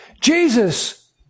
Jesus